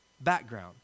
background